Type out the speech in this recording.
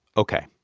ok.